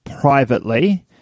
privately